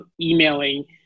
emailing